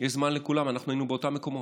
יש זמן לכולם, אנחנו היינו באותם מקומות.